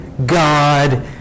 God